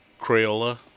Crayola